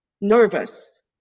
nervous